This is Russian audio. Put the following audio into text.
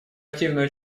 активное